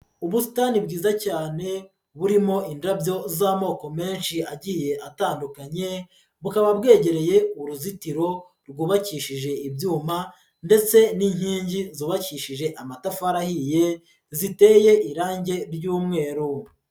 Ubusitani bwiza cyane burimo indabyo z'amoko menshi agiye atandukanye, bukaba bwegereye uruzitiro rwubakishije ibyuma ndetse n'inkingi zubakishije amatafari ahiye, ziteye irangi ry'umweru.